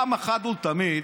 אחת ולתמיד